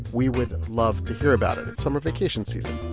we would love to hear about it. it's summer vacation season.